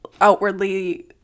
outwardly